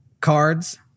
cards